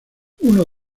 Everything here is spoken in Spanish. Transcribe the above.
uno